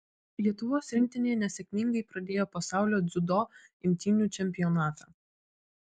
lietuvos rinktinė nesėkmingai pradėjo pasaulio dziudo imtynių čempionatą